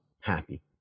happy